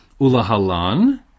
Ulahalan